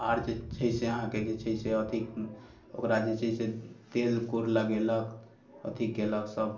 आर जे छै से अहाँकेँ जे छै से अथि ओकरा जे छै से तेल कूर लगेलक अथि कयलक सभ